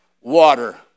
water